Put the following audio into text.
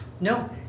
No